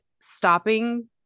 stopping